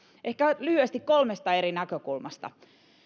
ehkä lyhyesti kolmesta eri näkökulmasta